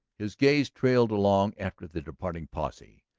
his gaze trailed along after the departing posse.